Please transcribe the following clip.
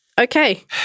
Okay